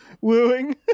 wooing